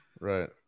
right